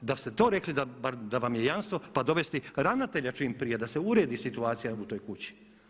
Pa da ste to rekli bar da vam je jasno, pa dovesti ravnatelja čim prije da se uredi situacija u toj kući.